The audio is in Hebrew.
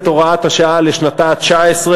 השעה בשנה וחצי,